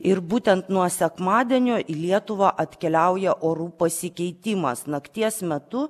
ir būtent nuo sekmadienio į lietuvą atkeliauja orų pasikeitimas nakties metu